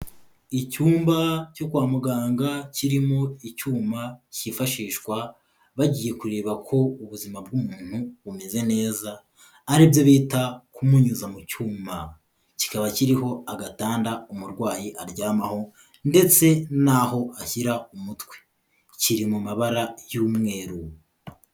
Icyumba cyo kwa muganga kirimo icyuma cyifashishwa bagiye kureba ko ubuzima bw'umuntu bumeze neza aribyo bita kumunyuza mu cyuma, kikaba kiriho agatanda umurwayi aryamaho ndetse n'aho ashyira umutwe, kiri mu mabara y'umweru.